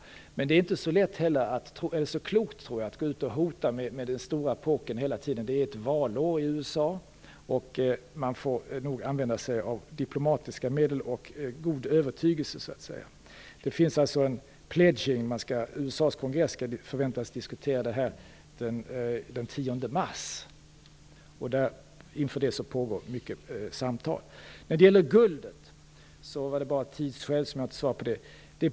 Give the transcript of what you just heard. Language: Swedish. Men det är inte så klokt, tror jag, att gå ut och hota med den stora påken hela tiden. Det är valår i USA, och man får nog använda sig av diplomatiska medel och god övertygelse, så att säga. Det finns alltså en pledge. USA:s kongress förväntas diskutera det här den 10 mars. Inför det pågår många samtal. Det vara bara av tidsskäl som jag inte svarade på frågan om guldet.